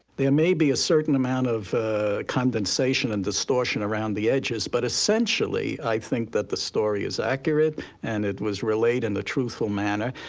there may be a certain amount of condensation and distortion around the edges. but essentially, i think that the story is accurate, and it was relayed in a truthful manner,